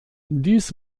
dies